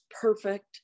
perfect